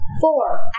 Four